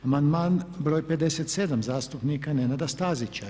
Amandman br. 57. zastupnika Nenada Stazića.